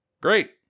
Great